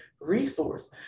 resource